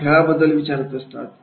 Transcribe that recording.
त्यांच्या खेळाबद्दल विचारत असते